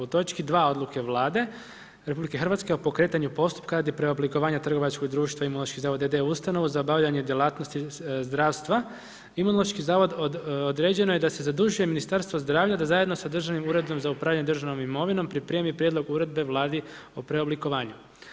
U točki 2 odluke Vlade RH o pokretanju postupaka a radi preoblikovanja trgovačkog društva imunološki zavod d.d. ustanova za obavljanje djelatnosti zdravstva, Imunološki zavod, određeno je da se zadužuje Ministarstvo zdravlja, da zajedno sa Državnim uredom za upravljanje državnom imovinom, pripremi prijedlog uredbe vladi o preoblikovanju.